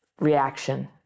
reaction